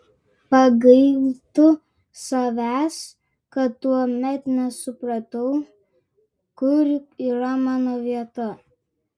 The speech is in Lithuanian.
pagailtų savęs kad tuomet nesupratau kur yra mano vieta